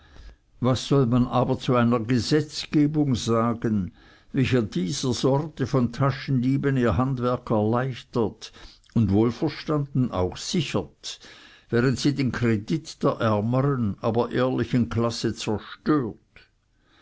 was soll man aber zu einer gesetzgebung sagen welche dieser sorte von taschendieben ihr handwerk erleichtert und wohlverstanden auch sichert während sie den kredit der ärmeren aber ehrlichen klasse zerstört